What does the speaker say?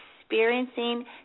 experiencing